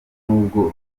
nubwo